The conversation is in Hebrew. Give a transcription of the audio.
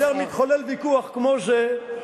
וכאשר מתחולל ויכוח כמו זה,